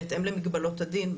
בהתאם למגבלות הדין,